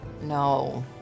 no